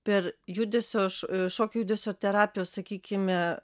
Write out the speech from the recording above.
per judesio šokio judesio terapijos sakykime